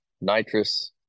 nitrous